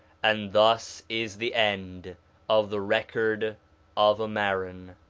and thus is the end of the record of ammaron.